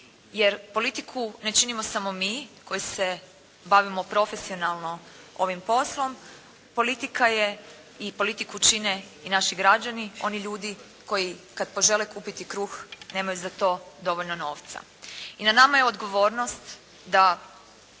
Jer politiku ne činimo samo mi koji se bavimo profesionalno ovim poslom. Politika je i politiku čine i naši građani, oni ljudi koji kad požele kupiti kruh nemaju za to dovoljno novca. I na nama je odgovornost da